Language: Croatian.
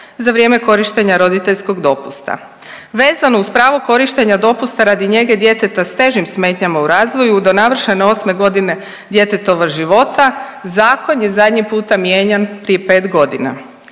za vrijeme korištenja roditeljskog dopusta. Vezano uz pravo korištenja dopusta radi njege djeteta s težim smetnjama u razvoju do navršene osme godine djetetova života zakon je zadnji puta mijenjan prije 5.g.